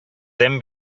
then